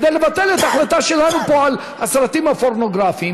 כדי לבטל את ההחלטה שלנו פה על הסרטים הפורנוגרפיים,